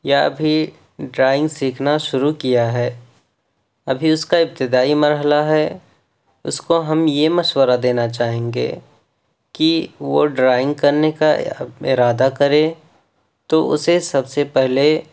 یا ابھی ڈرائنگ سیکھنا شروع کیا ہے ابھی اس کا ابتدائی مرحلہ ہے اس کو ہم یہ مشورہ دینا چاہیں گے کہ وہ ڈرائنگ کرنے کا ارادہ کرے تو اسے سب سے پہلے